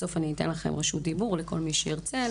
בסוף, אתן רשות דיבור לכל מי שירצה.